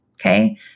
Okay